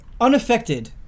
unaffected